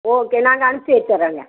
okay நான் அங்கே அனுப்பிச்சி வெச்சுர்றேங்க